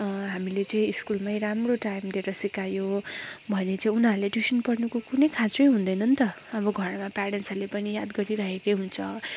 हामीले चाहिँ स्कुलमै राम्रो टाइम दिएर सिकायो भने चाहिँ उनीहरूले ट्युसन पढ्नुको कुनै खाँचै हुँदैन नि त अब घरमा प्यारेन्ट्सहरूले पनि याद गरिराखेकै हुन्छ